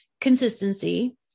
consistency